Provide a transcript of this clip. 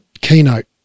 Keynote